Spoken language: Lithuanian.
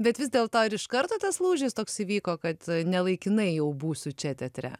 bet vis dėlto ir iš karto tas lūžis toks įvyko kad nelaikinai jau būsiu čia teatre